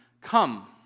come